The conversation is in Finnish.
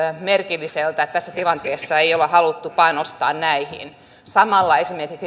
merkilliseltä että tässä tilanteessa ei olla haluttu panostaa näihin samalla esimerkiksi